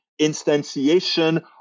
instantiation